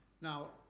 Now